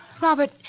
Robert